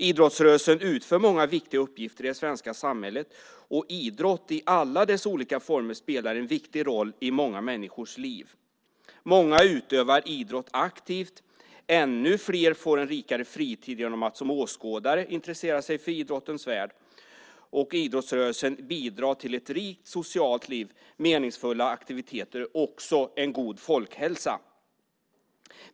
Idrottsrörelsen utför många viktiga uppgifter i det svenska samhället. Idrott i alla dess olika former spelar en viktig roll i många människors liv. Många utövar idrott aktivt. Ännu fler får en rikare fritid genom att som åskådare intressera sig för idrottens värld. Idrottsrörelsen bidrar till ett rikt socialt liv, meningsfulla aktiviteter och en god folkhälsa.